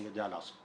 אני יודע לעשות.